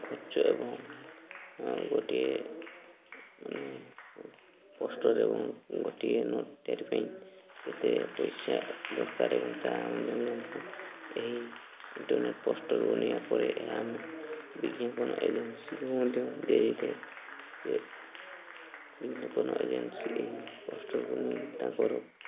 ଖର୍ଚ୍ଚ ଏବଂ ଗୋଟିଏ ମାନେ ପୋଷ୍ଟର୍ ଏବଂ ଗୋଟିଏ ନୋଟ୍ ତିଆରି ପାଇଁ କେତେ ପଇସା ଦରକାର ଏବଂ ତାହା ମଧ୍ୟ ଏହି ଇଣ୍ଟରନେଟ୍ ପୋଷ୍ଟର୍ ବନେଇଆପରେ ଏହା ଆମେ ବିଜ୍ଞାପନ ଏଜେନ୍ସିକୁ ମଧ୍ୟ ଦିଆଯାଇଥାଏ ସେ ବିଜ୍ଞାପନ ଏଜେନ୍ସି ଏହି ପୋଷ୍ଟର୍ କୁ ନେଇ ତାଙ୍କର